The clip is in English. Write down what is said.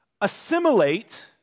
assimilate